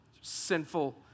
sinful